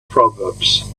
proverbs